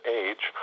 age